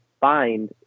find